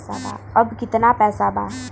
अब कितना पैसा बा?